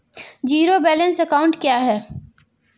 Zero balance account क्या है?